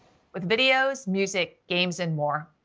with videos, music, games and more,